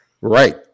Right